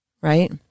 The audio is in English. right